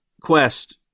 Quest